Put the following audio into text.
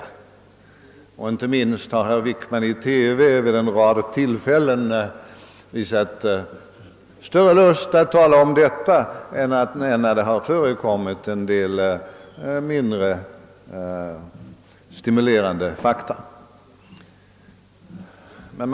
Han har inte minst i TV vid en rad tillfällen visat större lust att tala om den än om andra mindre stimulerande förhållanden.